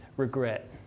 regret